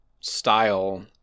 style